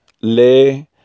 Le